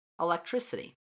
Electricity